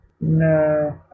No